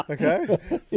okay